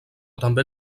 també